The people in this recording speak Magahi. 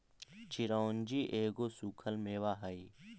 चिरौंजी एगो सूखल मेवा हई